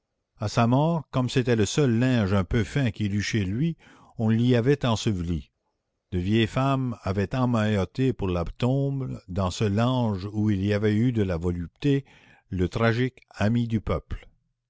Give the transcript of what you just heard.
à sa mort comme c'était le seul linge un peu fin qu'il eût chez lui on l'y avait enseveli de vieilles femmes avaient emmailloté pour la tombe dans ce lange où il y avait eu de la volupté le tragique ami du peuple